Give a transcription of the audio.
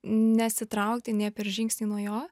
nesitraukti nė per žingsnį nuo jo